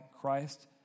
Christ